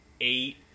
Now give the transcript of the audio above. eight